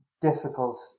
difficult